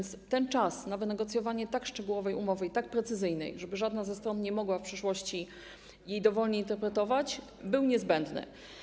Czas na wynegocjowanie tak szczegółowej i tak precyzyjnej umowy, żeby żadna ze stron nie mogła w przyszłości jej dowolnie interpretować, był niezbędny.